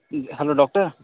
hello doctor